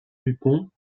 dupont